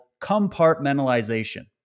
compartmentalization